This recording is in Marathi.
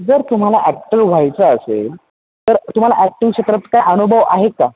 जर तुम्हाला ॲक्टर व्हायचं असेल तर तुम्हाला ॲक्टिंग क्षेत्रात काय अनुभव आहे का